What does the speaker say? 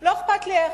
לא אכפת לי איך,